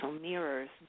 mirrors